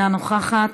אינה נוכחת,